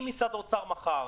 אם משרד האוצר מחר,